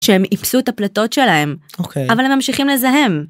שהם איפסו את הפלטות שלהם אבל הם ממשיכים לזהם.